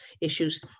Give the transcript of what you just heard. issues